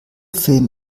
film